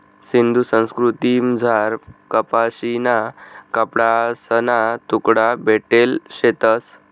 सिंधू संस्कृतीमझार कपाशीना कपडासना तुकडा भेटेल शेतंस